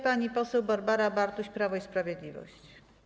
Pani poseł Barbara Bartuś, Prawo i Sprawiedliwość.